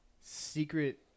secret